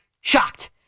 Shocked